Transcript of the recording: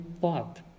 thought